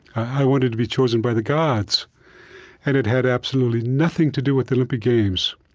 i wanted to be chosen by the gods and it had absolutely nothing to do with the olympic games